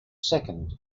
second